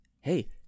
hey